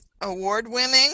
award-winning